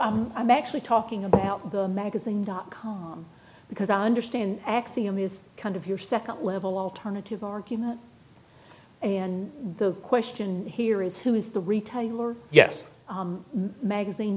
i'm i'm actually talking about the magazine dot com because i understand axiom is kind of your second level alternative argument and the question here is who is the retailer yes magazine